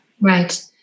Right